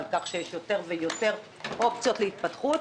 על כך שיש יותר ויותר אופציות להתפתחות.